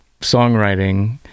songwriting